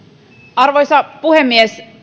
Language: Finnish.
arvoisa puhemies